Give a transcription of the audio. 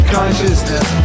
consciousness